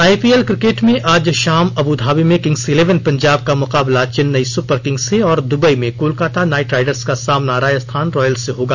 IPL cricket में आज शाम अब्धाबी में किंग्स इलेवन पंजाब का मुकाबला चेन्नई सुपरकिंग्स से और दुबई में कोलकाता नाइट राइडर्स का सामना राजस्थान रॉयल्स से होगा